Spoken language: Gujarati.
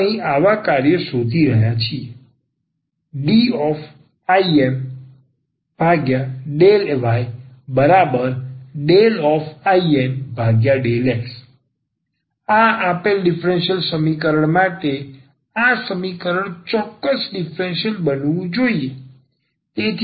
અમે અહીં આવા કાર્ય શોધી રહ્યા છીએ IM∂yIN∂x આ આપેલ ડીફરન્સીયલ સમીકરણ માટે આ સમીકરણ ચોક્કસ ડીફરન્સીયલ બનવું જોઈએ